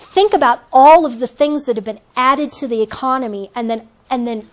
think about all of the things that have been added to the economy and then and then